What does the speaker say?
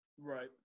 right